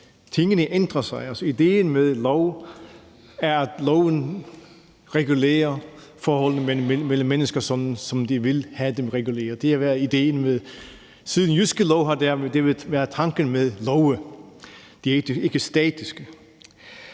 Tingene ændrer sig. Idéen med en lov er, at loven regulerer forholdene mellem mennesker, som de vil have dem reguleret. Siden Jyske Lov har det været tanken med love. De er ikke statiske.